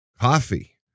coffee